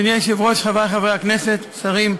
אדוני היושב-ראש, חברי חברי הכנסת, שרים,